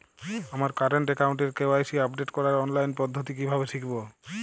আমার কারেন্ট অ্যাকাউন্টের KYC update করার অনলাইন পদ্ধতি কীভাবে শিখব?